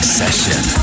session